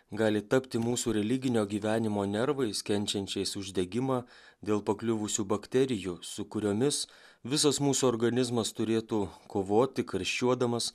gali tapti mūsų religinio gyvenimo nervais kenčiančiais uždegimą dėl pakliuvusių bakterijų su kuriomis visas mūsų organizmas turėtų kovoti karščiuodamas